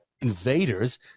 invaders